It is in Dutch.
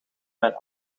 mijn